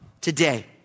today